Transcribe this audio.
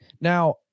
Now